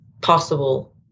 possible